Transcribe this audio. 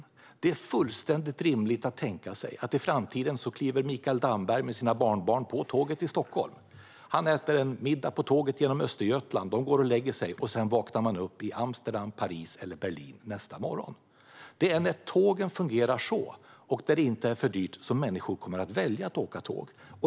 I framtiden är det fullständigt rimligt att Mikael Damberg och hans barnbarn kliver på tåget i Stockholm, äter middag på väg genom Östergötland, går och lägger sig och sedan vaknar i Amsterdam, Paris eller Berlin nästa morgon. Det är när tågen fungerar så och det inte är för dyrt som människor kommer att välja att åka tåg.